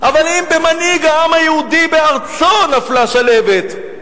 אבל אם במנהיג העם היהודי בארצו נפלה שלהבת,